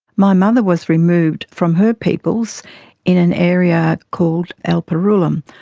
my mother was removed from her peoples in an area called alpurrurulam,